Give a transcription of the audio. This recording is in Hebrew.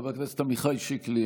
חבר הכנסת עמיחי שיקלי,